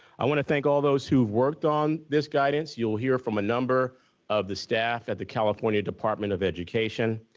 i want to thank all those who have worked on this guidance. you'll hear from a number of the staff at the california department of education.